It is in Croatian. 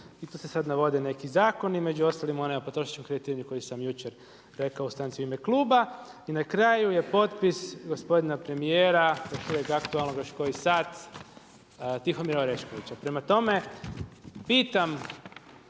I tu se sada navode neki zakoni, među ostalim onaj o potrošačkom kreditiranju koji sam jučer rekao o stranci u ime kluba. I na kraju je potpis gospodina premijera, još uvijek aktualnog, još koji sat Tihomira Oreškovića. Prema tome, pitam